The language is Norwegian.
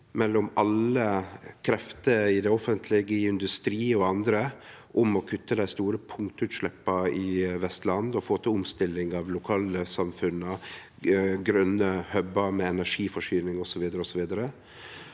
mellom alle krefter i det offentlege, industri og anna for å kutte dei store punktutsleppa i Vestland, få til omstilling av lokalsamfunna, grøne hub-ar med energiforsyning osv.